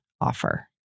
offer